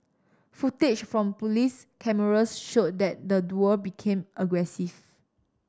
footage from police cameras showed that the duo became aggressive